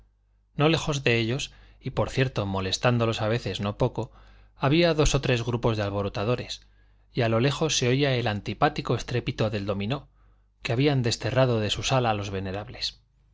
no lejos de ellos y por cierto molestándolos a veces no poco había dos o tres grupos de alborotadores y a lo lejos se oía el antipático estrépito del dominó que habían desterrado de su sala los venerables